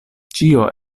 ĉio